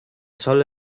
sol